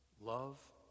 Love